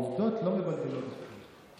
העובדות לא מבלבלות אתכם.